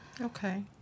Okay